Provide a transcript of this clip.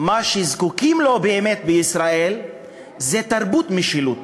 מה שזקוקים לו באמת בישראל זה תרבות משילות.